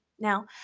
now